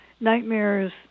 nightmares